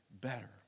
better